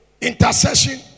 intercession